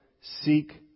seek